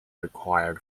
required